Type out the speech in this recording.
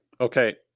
Okay